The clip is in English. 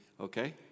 Okay